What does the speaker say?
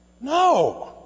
No